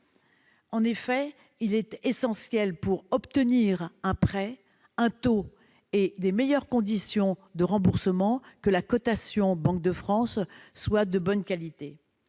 En effet, il est essentiel, pour obtenir un prêt, un taux intéressant et de meilleures conditions de remboursement, que la cotation Banque de France soit de bonne qualité.